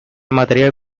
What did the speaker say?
material